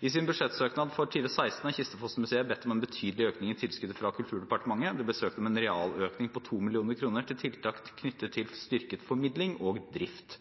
I sin budsjettsøknad for 2016 har Kistefos-Museet bedt om en betydelig økning i tilskuddet fra Kulturdepartementet. Det ble søkt om en realøkning på 2 mill. kr til tiltak knyttet til styrket formidling og drift.